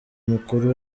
mukuru